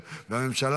לפני שנעבור לנושא